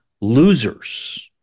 losers